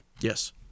Yes